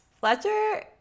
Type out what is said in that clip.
Fletcher